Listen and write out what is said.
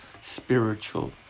spiritual